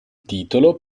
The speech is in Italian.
titolo